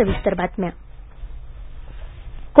सर्वपक्षीय बैठक